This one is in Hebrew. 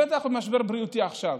בטח במשבר בריאותי עכשיו,